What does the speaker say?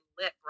lit